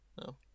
No